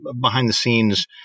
behind-the-scenes